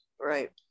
Right